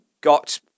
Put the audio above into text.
got